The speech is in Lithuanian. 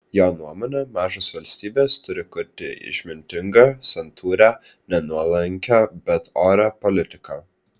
jo nuomone mažos valstybės turi kurti išmintingą santūrią ne nuolankią bet orią politiką